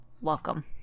welcome